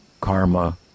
karma